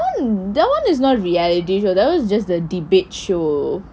but then [one] is not reality show that [one] is just the debate show